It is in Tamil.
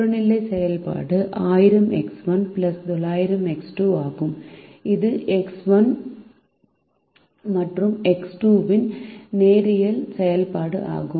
புறநிலை செயல்பாடு 1000 X1 900 X2 ஆகும் இது X1 மற்றும் X2 இன் நேரியல் செயல்பாடு ஆகும்